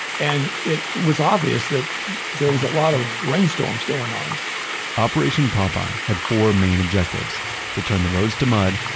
and it was obvious that there was a lot of rainstorms going on operation popeye had four main objectives to turn the roads to mud,